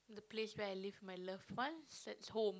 the place where I live with my loved ones that's home